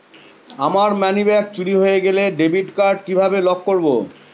আমার মানিব্যাগ চুরি হয়ে গেলে ডেবিট কার্ড কিভাবে লক করব?